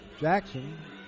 Jackson